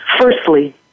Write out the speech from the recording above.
Firstly